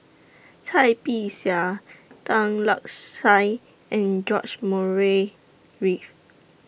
Cai Bixia Tan Lark Sye and George Murray Reith